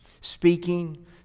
Speaking